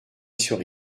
sur